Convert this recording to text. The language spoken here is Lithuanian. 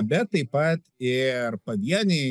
bet taip pat ir pavieniai